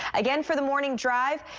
again, for the morning drive,